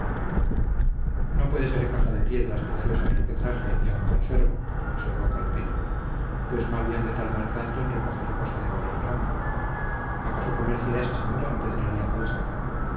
no puede ser caja de piedras preciosas lo que traje y aún conservo observó calpena pues no habían de tardar tanto en recoger cosa de valor grande acaso comercia esa señora en pedrería falsa